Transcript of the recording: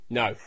no